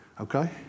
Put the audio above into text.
Okay